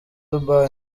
dubai